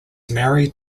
married